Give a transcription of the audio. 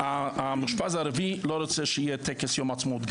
המאושפז הערבי לא רוצה שיהיה טקס יום העצמאות,